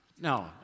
No